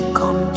come